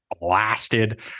blasted